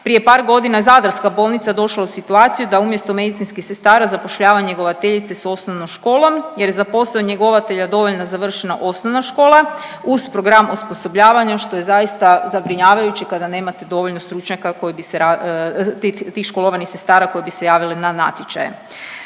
prije par godina zadarska bolnica došla je u situaciju da umjesto medicinskih sestara zapošljava njegovateljice s osnovnom školom jer za posao njegovatelja dovoljna je završena osnovna škola uz program osposobljavanja što je zaista zabrinjavajuće kada nemate dovoljno stručnjaka koji bi se, tih školovanih sestara koje bi se javile na natječaje.